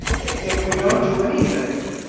if we don't do anything,